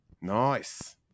nice